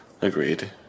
Agreed